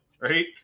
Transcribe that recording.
right